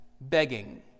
begging